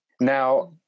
Now